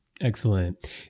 excellent